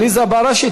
עליזה בראשי,